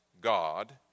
God